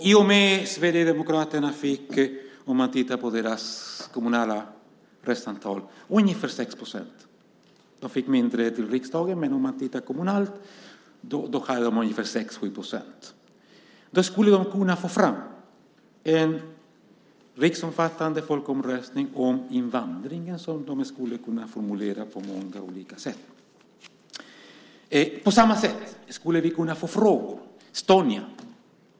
Om man tittar på Sverigedemokraternas kommunala röstantal fick det ungefär 6 procent. Det fick mindre till riksdagen, men om man tittar kommunalt har det ungefär 6-7 procent. De skulle kunna få fram en riksomfattande folkomröstning om invandringen som de skulle kunna formulera på många olika sätt. På samma sätt skulle vi kunna få folkomröstningar i olika frågor som Estonia.